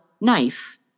nice